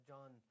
John